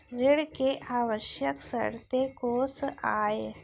ऋण के आवश्यक शर्तें कोस आय?